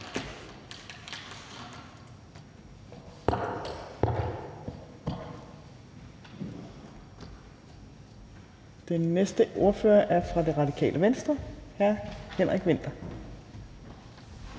Den næste ordfører er fra Det Radikale Venstre, og det er hr. Henrik Vinther.